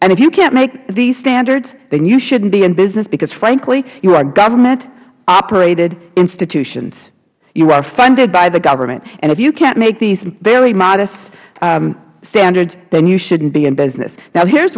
and if you can't make these standards then you shouldn't be in business because frankly you are government operated institutions you are funded by the government and if you can't make these very modest standards then you shouldn't be in business now here